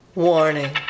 Warning